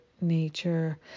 nature